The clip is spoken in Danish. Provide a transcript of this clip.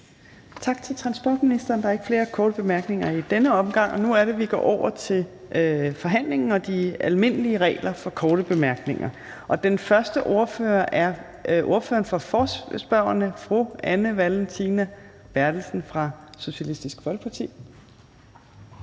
Tak til transportministeren. Der er ikke flere korte bemærkninger i denne omgang. Nu er det, vi går over til forhandlingen og de almindelige regler for korte bemærkninger, og den første ordfører er ordføreren for forespørgerne, fru Anne Valentina Berthelsen fra Socialistisk Folkeparti.